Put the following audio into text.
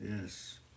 Yes